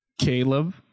Caleb